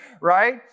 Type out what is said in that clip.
right